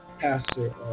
pastor